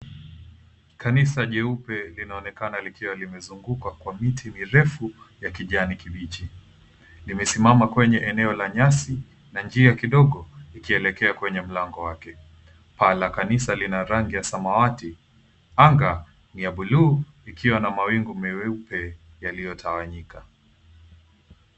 Kanisa jeupe linaonekana likiwa limezungukwa kwa miti mirefu ya kijani kibichi. Limesimama kwenye eneo la nyasi na njia kidogo ikielekea kwenye mlango wake. Paa la kanisa lina rangi ya samawati. Anga ni ya buluu likiwa na mawingu meupe yaliyotawanyika.